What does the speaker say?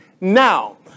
now